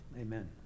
Amen